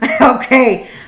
Okay